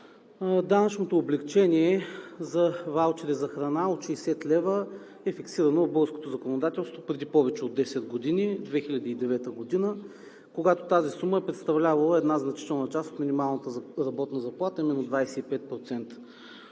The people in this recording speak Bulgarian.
Данъчното облекчение за ваучери за храна от 60 лв. е фиксирано в българското законодателство преди повече от 10 години – 2009 г., когато тази сума е представлявала една значителна част от минималната работна заплата, а именно 25%.